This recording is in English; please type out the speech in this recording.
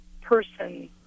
person